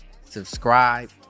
subscribe